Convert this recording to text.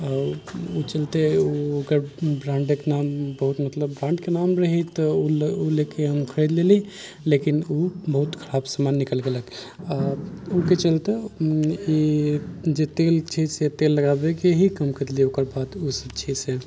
ओ ओकर ब्रांडिंग ब्रांडके नाम बहुत मतलब ब्रांडके नाम रहै तऽ ओ लेके हम खरीद लेली लेकिन ओ बहुत खराब समान निकलि गेलक आ ओहिके चलते ई जे तेल छै से तेल लगाबैके ही कम कऽ देलियै ओकर बाद जे छै से